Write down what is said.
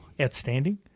Outstanding